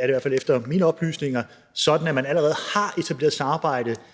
det i hvert fald efter mine oplysninger sådan, at man allerede har etableret samarbejder